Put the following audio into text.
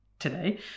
Today